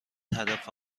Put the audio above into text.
هدف